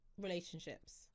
relationships